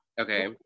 Okay